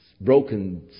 broken